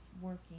working